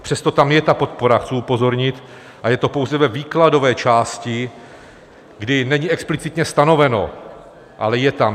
Přesto tam je podpora, chci upozornit, a je to pouze ve výkladové části, kdy není explicitně stanoveno, ale je tam.